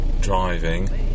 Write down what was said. driving